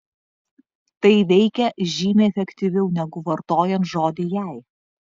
tai veikia žymiai efektyviau negu vartojant žodį jei